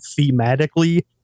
thematically